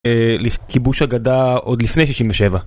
אה-ל-כיבוש אגדה... עוד לפני שישים ושבע.